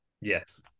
Yes